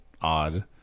odd